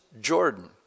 Jordan